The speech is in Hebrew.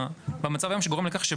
קשיים שגורמים לכך,